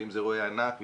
ואם זה אירועי ענק,